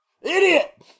idiot